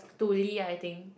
to Lee I think